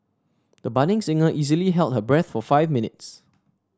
the budding singer easily held her breath for five minutes